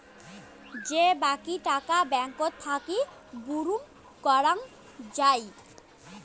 যে বাকী টাকা ব্যাঙ্কত থাকি বুরুম করং যাই